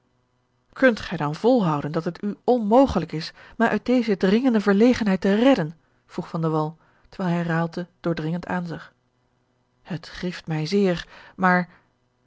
kunt gij dan volhouden dat het u onmogelijk is mij uit deze george een ongeluksvogel dringende verlegenheid te redden vroeg van de wall terwijl hij raalte doordringend aanzag het grieft mij zeer maar